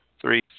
three